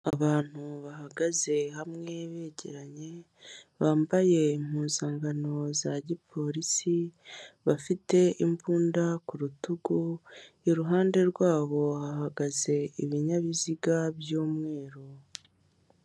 Abantu bahagaze hamwe begeranye, bambaye impuzankano za gipolisi, bafite imbunda ku rutugu, iruhande rwabo hahagaze ibinyabiziga by'umweru.